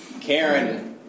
Karen